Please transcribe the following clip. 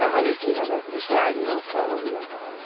তাহালে কী হবে দেশের আইনি ব্যবস্থা আরো উন্নত হবে